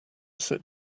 sit